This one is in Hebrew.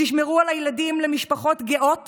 תשמרו על הילדים במשפחות גאות